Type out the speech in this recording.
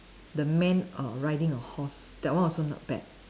the man err riding a horse that one also not bad